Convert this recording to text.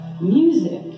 Music